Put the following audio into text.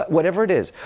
whatever it is.